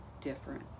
different